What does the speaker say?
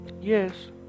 Yes